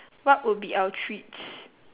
what would be our treats